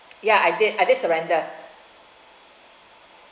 ya I did I did surrender